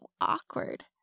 awkward